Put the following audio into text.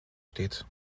steht